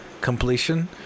completion